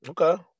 Okay